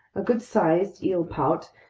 a good-sized eelpout,